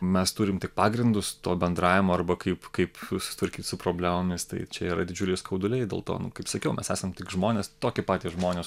mes turim tik pagrindus to bendravimo arba kaip kaip susitvarkyt su problemomis tai čia yra didžiuliai skauduliai dėl to nu kaip sakiau mes esam tik žmonės toki patys žmonės